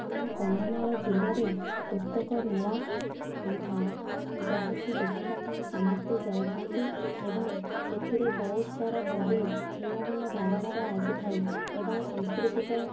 ଆମ କନ୍ଧମାଳ ଜିଲ୍ଲାରେ ପୁସ୍ତକ ମେଳା ହୋଇଥାଏ ଯାହାକି ଦେଖିବାପାଇଁ ସମସ୍ତେ ଯାଇଥାନ୍ତି ଏବଂ ସେଥିରେ ବହୁତ ସାରା ବହି ଭିନ୍ନ ଭିନ୍ନ ଧରଣର ଆସିଥାଏ ଏବଂ ସାଂସ୍କୃତିକ